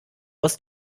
aus